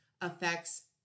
affects